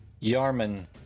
Yarman